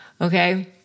okay